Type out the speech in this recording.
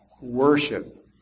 Worship